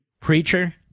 preacher